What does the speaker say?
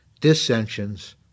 dissensions